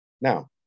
Now